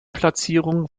platzierungen